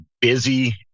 busy